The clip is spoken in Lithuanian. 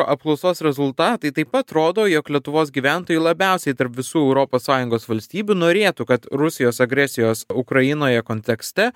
apklausos rezultatai taip pat rodo jog lietuvos gyventojai labiausiai tarp visų europos sąjungos valstybių norėtų kad rusijos agresijos ukrainoje kontekste